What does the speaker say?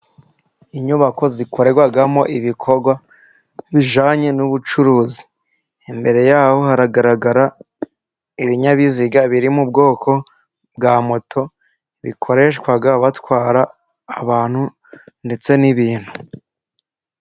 Inyubako zikorerwamo ibikorwa bijyanye n'ubucuruzi, imbere yaho hahagarara ibinyabiziga biri mu bwoko bwa moto, bikoreshwa batwara abantu ndetse n'ibintu.